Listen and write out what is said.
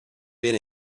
been